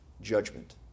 judgment